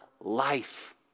life